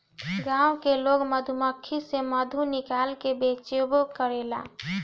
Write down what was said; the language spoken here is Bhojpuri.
गाँव के लोग मधुमक्खी से मधु निकाल के बेचबो करेला